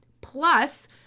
Plus